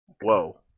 Whoa